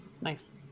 Nice